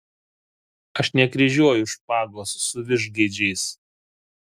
aš nekryžiuoju špagos su vištgaidžiais